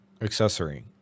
accessory